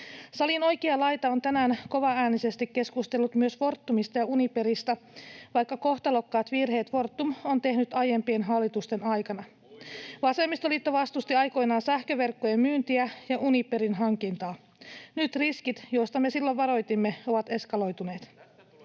Salin oikea laita on tänään kovaäänisesti keskustellut myös Fortumista ja Uniperista, vaikka kohtalokkaat virheet Fortum on tehnyt aiempien hallitusten aikana. Vasemmistoliitto vastusti aikoinaan sähköverkkojen myyntiä ja Uniperin hankintaa. Nyt riskit, joista me silloin varoitimme, ovat eskaloituneet.